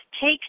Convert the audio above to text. take